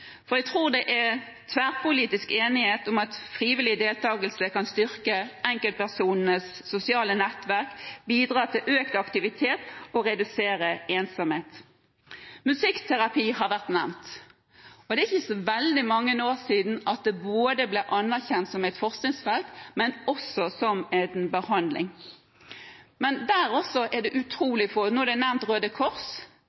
Jeg tror det er tverrpolitisk enighet om at frivillig deltakelse kan styrke enkeltpersonenes sosiale nettverk, bidra til økt aktivitet og redusere ensomhet. Musikkterapi har vært nevnt, og det er ikke så veldig mange år siden det ble anerkjent både som et forskningsfelt og som behandling. Røde Kors er nevnt. De startet med det, men det er egentlig veldig få institusjoner som har tatt det